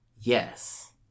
Yes